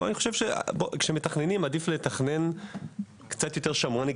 אני חושב שכשמתכננים עדיף לתכנן קצת יותר שמרני,